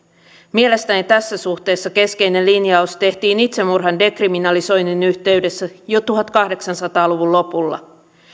mielestäni tässä suhteessa keskeinen linjaus tehtiin itsemurhan dekriminalisoinnin yhteydessä jo tuhatkahdeksansataa luvun lopulla